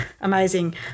amazing